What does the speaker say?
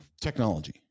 technology